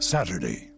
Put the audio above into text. Saturday